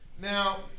Now